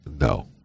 no